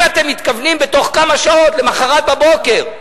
אם אתם מתכוונים בתוך כמה שעות, למחרת בבוקר,